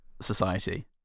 society